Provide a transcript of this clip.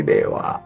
Deva